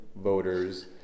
voters